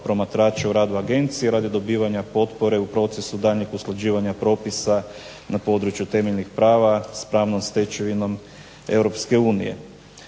promatrača u radu agencije, radi dobivanja potpore u procesu daljnjeg usklađivanja propisa na području temeljnih prava, s pravnom stečevinom